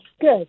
good